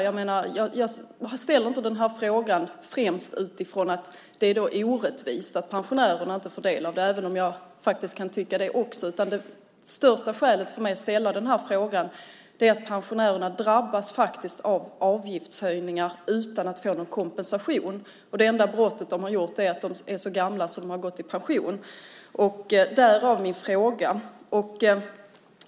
Jag ställde inte den här frågan främst utifrån att det är orättvist att pensionärerna inte får del av det, även om jag kan tycka det, utan det främsta skälet är att pensionärerna faktiskt drabbas av avgiftshöjningar utan att få någon kompensation. Det enda "brott" de har begått är att de är så gamla att de har gått i pension. Därav min fråga.